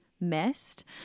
missed